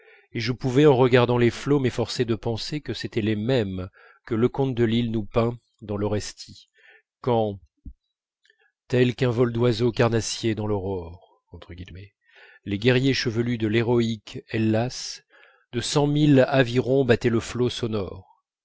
et je pouvais en regardant les flots m'efforcer de penser que c'était les mêmes que leconte de lisle nous peint dans l'orestie quand tel qu'un vol d'oiseaux carnassiers dans l'aurore les guerriers chevelus de l'héroïque hellas de cent mille avirons battaient le flot sonore